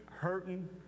hurting